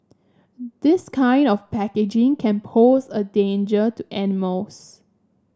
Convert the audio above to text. this kind of packaging can pose a danger to animals